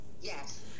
Yes